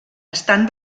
estan